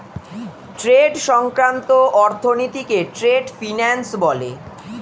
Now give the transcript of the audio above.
trade সংক্রান্ত অর্থনীতিকে trade finance বলে